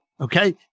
Okay